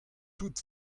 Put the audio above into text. tout